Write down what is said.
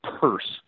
purse